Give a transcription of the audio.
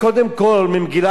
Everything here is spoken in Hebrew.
שכולנו מסכימים,